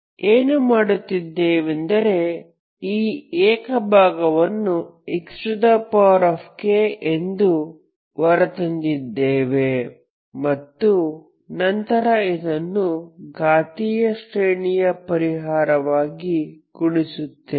ಏನು ಮಾಡಿದ್ದೇವೆಂದರೆ ಈ ಏಕ ಭಾಗವನ್ನು xk ಎಂದು ಹೊರತಂದಿದ್ದೇವೆ ಮತ್ತು ನಂತರ ಇದನ್ನು ಘಾತೀಯ ಶ್ರೇಣಿಯ ಪರಿಹಾರವಾಗಿ ಗುಣಿಸುತ್ತೇವೆ